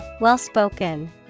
Well-spoken